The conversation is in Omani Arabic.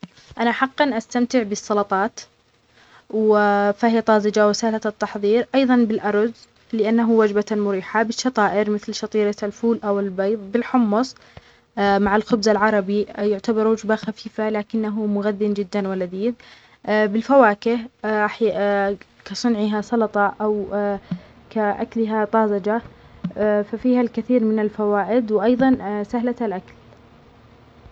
أنا حقا أستمتع بالسلطات و فهي طازجة وسهلة التحضير، أيضًا بالأرز لأنه وجبة مريحة، بالشطائر مثل شطيرة الفول أو البيض ، بالحمص مع الخبز العربي يعتبر وجبة خفيفة لكنه مغذي جدًا و لذيذ، بالفواكه كصنعها سلطة أو كأكلها طازجة، ففيها الكثير من الفوائد وأيضًا سهلة الأكل.